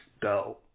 go